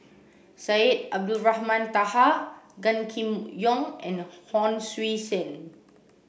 Syed Abdulrahman Taha Gan Kim Yong and Hon Sui Sen